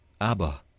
Abba